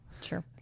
Sure